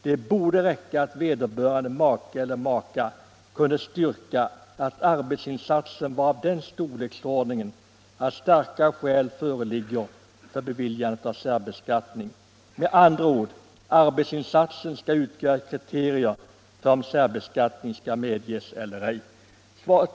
Det borde räcka att vederbörande maka eller make kunde styrka att arbetsinsatsen är av den storleksordningen att starka skäl föreligger för beviljande av särbeskattning. Med andra ord — arbetsinsatsen bör utgöra kriterium på om särbeskattning skall medges eller ej.